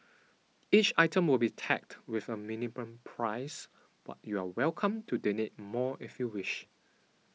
each item will be tagged with a minimum price but you're welcome to donate more if you wish